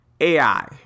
AI